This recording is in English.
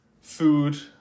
food